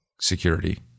security